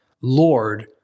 Lord